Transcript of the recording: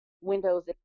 windows